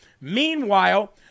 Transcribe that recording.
Meanwhile